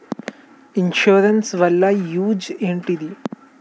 Insurance వాళ్ల use ఏంటిది?